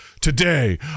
Today